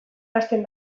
ahazten